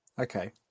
okay